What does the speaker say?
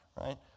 right